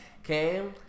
Okay